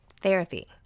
therapy